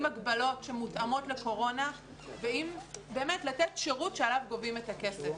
עם הגבלות שמותאמות לקורונה ובאמת לתת שירות שעליו גובים את הכסף.